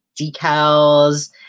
decals